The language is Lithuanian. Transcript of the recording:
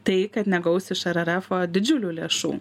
tai kad negaus iš ererefo didžiulių lėšų